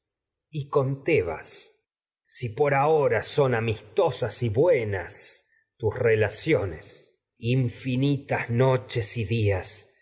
y tebas si por ahora son y amistosas y buenas tus el infinito relaciones infinitas noches tiempo en su marcha días